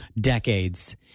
decades